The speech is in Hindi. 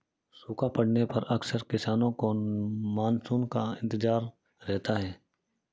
सूखा पड़ने पर अक्सर किसानों को मानसून का इंतजार रहता है